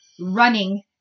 running